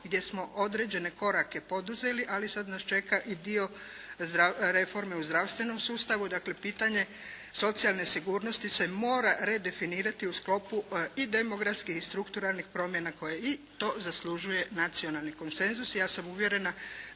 gdje smo određene korake poduzeli ali sad nas čeka i dio reforme u zdravstvenom sustavu, dakle pitanje socijalne sigurnosti se mora redefinirati u sklopu i demografskih i strukturalnih promjena koje i to zaslužuje nacionalni konsenzus i ja sam uvjerena